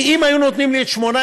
כי אם היו נותנים לי את 2018,